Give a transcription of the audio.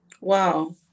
wow